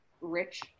rich